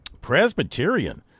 Presbyterian